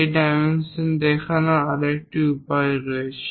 এই ডাইমেনশন দেখানোর আরেকটি উপায় আছে